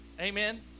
Amen